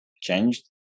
changed